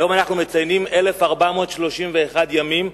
היום אנחנו מציינים 1,431 ימים,